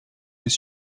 his